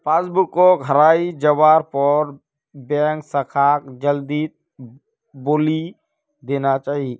passbook हराई जवार पर बैंक शाखाक जल्दीत बोली देना चाई